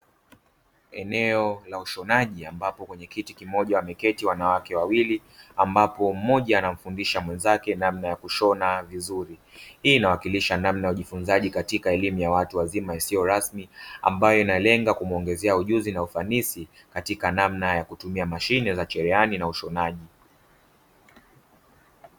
Eneo la ushonaji ambapo kwenye kiti kimoja wameketi wanawake wawili ambapo mmoja anamfundisha mwenzake namna ya kushona vizuri. Hii inawakilisha namna ya ujifunzaji katika elimu ya watu wazima isiyo rasmi, ambayo inalenga kuongezea ujuzi na ufanisi katika namna ya kutumia mashine za cherehani na ushonaji.